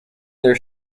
their